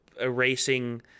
erasing